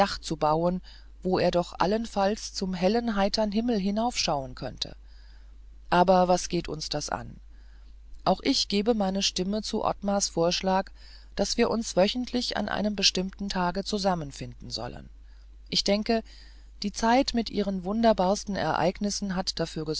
zu bauen wo er noch allenfalls zum hellen heitern himmel hinaufschauen könnte aber was geht das uns an auch ich gebe meine stimme zu ottmars vorschlag daß wir uns wöchentlich an einem bestimmten tage zusammenfinden wollen ich denke die zeit mit ihren wunderbarsten ereignissen hat dafür